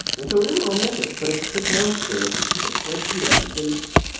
and so it isn't romantic. but if you take notes or if you keep a spreadsheet about your dates,